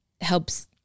helps